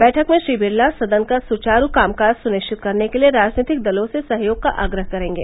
बैठक में श्री बिरला सदन का सुवारू कामकाज सुनिश्चित करने के लिए राजनीतिक दलों से सहयोग का आग्रह करेंगे